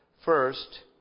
First